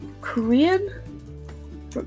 Korean